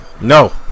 No